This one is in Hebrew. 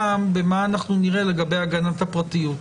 גם במה שאנחנו נראה לגבי הגנת הפרטיות,